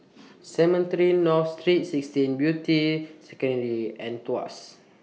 Cemetry North Saint sixteen Beatty Secondary and Tuas